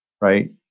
Right